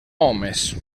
homes